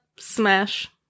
Smash